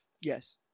Yes